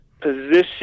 Position